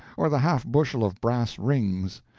or the half-bushel of brass rings,